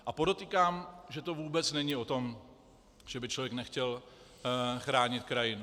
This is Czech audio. A podotýkám, že to vůbec není o tom, že by člověk nechtěl chránit krajinu.